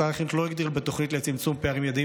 משרד החינוך לא הגדיר בתוכנית לצמצום פערים יעדים